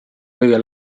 kõige